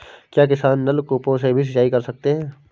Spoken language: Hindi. क्या किसान नल कूपों से भी सिंचाई कर सकते हैं?